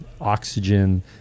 oxygen